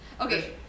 okay